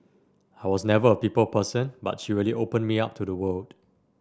I was never a people person but she really opened me up to the world